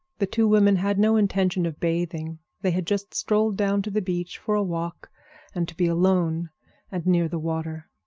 the two women had no intention of bathing they had just strolled down to the beach for a walk and to be alone and near the water.